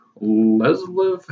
leslie